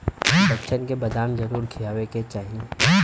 बच्चन के बदाम जरूर खियावे के चाही